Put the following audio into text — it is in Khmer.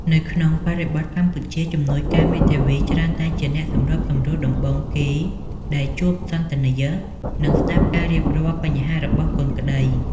នៅក្នុងបរិបទកម្ពុជា ជំនួយការមេធាវីច្រើនតែជាអ្នកសម្របសម្រួលដំបូងគេដែលជួបសន្ទនា និងស្តាប់ការរៀបរាប់បញ្ហារបស់កូនក្តី។